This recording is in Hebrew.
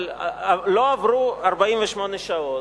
אבל לא עברו 48 שעות,